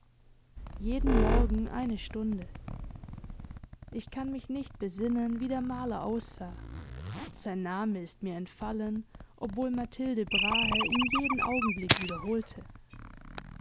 jeden morgen eine stunde ich kann mich nicht besinnen wie der maler aussah sein name ist mir entfallen obwohl mathilde brahe ihn jeden augenblick wiederholte